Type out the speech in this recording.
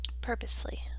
purposely